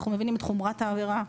אנחנו מבינים את חומרת העבירה,